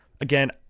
again